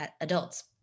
adults